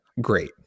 great